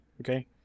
Okay